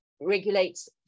regulates